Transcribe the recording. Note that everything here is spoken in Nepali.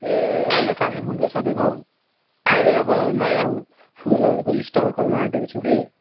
ए होइन कालेम्पुङकै सोधेको हौ मैले अब नयाँ फुलहरूको स्टल खोल्नु आँटेको छु कि